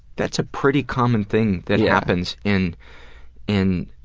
that's a pretty common thing that happens in in